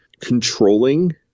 controlling